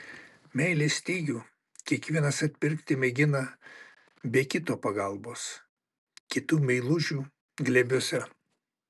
meilės stygių kiekvienas atpirkti mėgina be kito pagalbos kitų meilužių glėbiuose